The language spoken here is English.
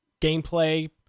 gameplay